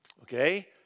okay